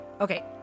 Okay